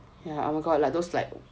yeah oh my god like those like